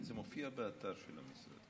זה מופיע באתר של המשרד.